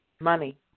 Money